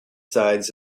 sides